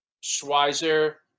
Schweizer